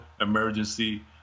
emergency